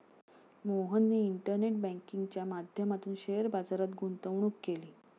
मोहनने इंटरनेट बँकिंगच्या माध्यमातून शेअर बाजारात गुंतवणूक केली